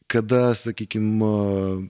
kada sakykim